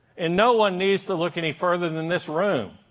and no one needs to look any further than this room.